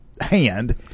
hand